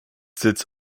sitz